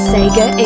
Sega